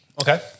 Okay